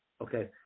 Okay